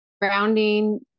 grounding